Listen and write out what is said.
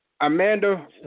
Amanda